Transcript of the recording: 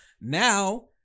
Now